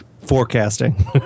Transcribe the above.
Forecasting